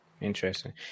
Interesting